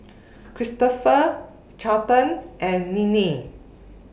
Cristofer Carleton and Ninnie